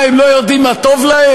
מה, הם לא יודעים מה טוב להם?